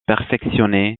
perfectionné